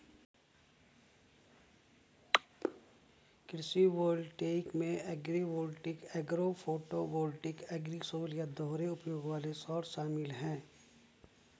कृषि वोल्टेइक में agrivoltaic agro photovoltaic agrisol या दोहरे उपयोग वाले सौर शामिल है